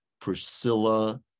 Priscilla